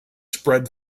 spread